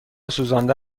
سوزانده